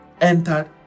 entered